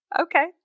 Okay